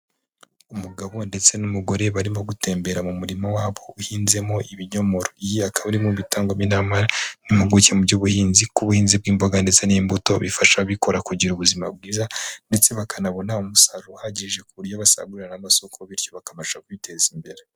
Umugabo ndetse n'umugore barimo gutembera mu murima wabo uhinzemo ibinyomoro, iyi akaba ari imwe mu bitangwamo inama n'impuguke mu by'ubuhinzi, ko ubuhinzi bw'imboga ndetse n'imbuto, bifasha ababikora kugira ubuzima bwiza, ndetse bakanabona umusaruro uhagije, ku buryo basagurira n'amasoko, bityo bakabasha kwiteza imbere.